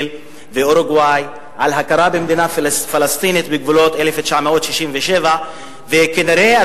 ואורוגוואי על הכרה במדינה פלסטינית בגבולות 1967. כנראה,